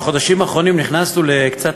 שבחודשים האחרונים נכנסנו לקצת,